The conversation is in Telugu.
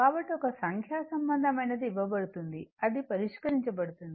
కాబట్టి ఒక సంఖ్యా సంబంధమైనది ఇవ్వబడుతుంది అది పరిష్కరించబడుతుంది